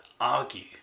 argue